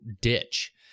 ditch